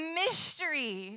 mystery